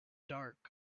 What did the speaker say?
dark